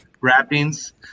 wrappings